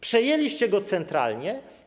Przejęliście go centralnie.